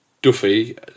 duffy